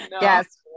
Yes